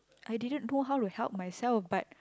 I didn't know how to help myself but